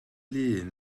lŷn